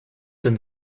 them